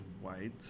white